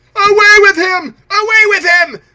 away with him! away with him!